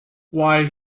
why